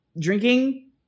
drinking